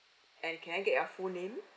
and can I get your full name